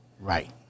Right